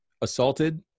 assaulted